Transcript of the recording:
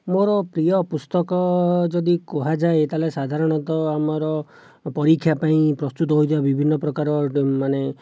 ମୋର ପ୍ରିୟ ପୁସ୍ତକ ଯଦି କୁହାଯାଏ ତାହେଲେ ସାଧାରଣତଃ ଆମର ପରୀକ୍ଷା ପାଇଁ ପ୍ରସ୍ତୁତ ହେଉଥିବା ବିଭିନ୍ନ ପ୍ରକାର ମାନେ